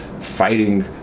fighting